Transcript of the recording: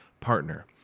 partner